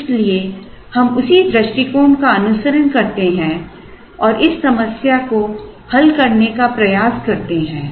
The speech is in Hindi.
इसलिए हम उसी दृष्टिकोण का अनुसरण करते हैं और इस समस्या को हल करने का प्रयास करते हैं